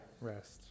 rest